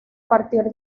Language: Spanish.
partir